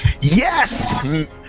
Yes